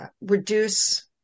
reduce